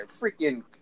freaking